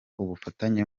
ubufatanye